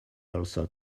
also